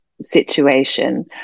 situation